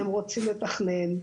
שהם רוצים לתכנן.